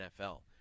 NFL